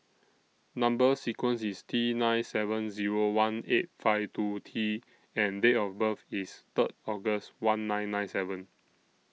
Number sequence IS T nine seven Zero one eight five two T and Date of birth IS Third August one nine nine seven